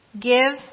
Give